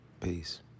Peace